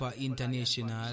International